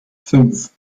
fünf